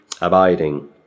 abiding